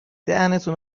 دهنتون